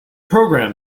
program